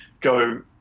go